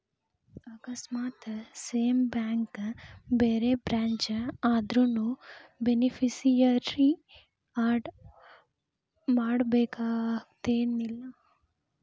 ಆಕಸ್ಮಾತ್ same bank ಬ್ಯಾರೆ branch ಆದ್ರುನೂ ಬೆನಿಫಿಸಿಯರಿ ಆಡ್ ಮಾಡಬೇಕನ್ತೆನಿಲ್ಲಾ